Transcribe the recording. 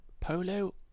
Polo